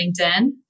LinkedIn